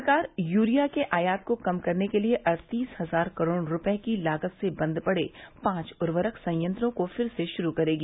सरकार यूरिया के आयात को कम करने के लिए अड़तीस हजार करोड़ रुपये की लागत से बंद पड़े पांच उर्वरक संयंत्रों को फिर से श्रू करेगी